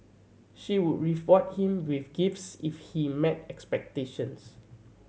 she would reform him with gifts if he met expectations